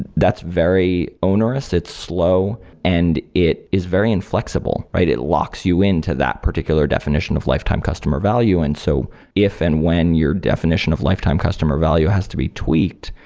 that's very onerous, it's slow and it is very inflexible, right? it locks you in to that particular definition of lifetime customer value. and so if and when your definition of lifetime customer value has to be tweaked,